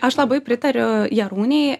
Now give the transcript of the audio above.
aš labai pritariu jarūnei